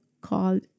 called